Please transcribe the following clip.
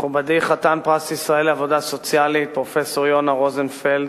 מכובדי חתן פרס ישראל לעבודה סוציאלית פרופסור יונה רוזנפלד,